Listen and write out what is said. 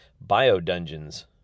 bio-dungeons